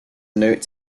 notes